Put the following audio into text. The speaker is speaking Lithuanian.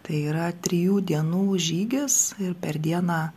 tai yra trijų dienų žygis ir per dieną